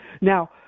Now